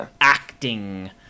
acting